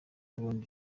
bundi